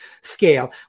scale